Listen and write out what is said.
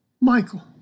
Michael